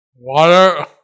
Water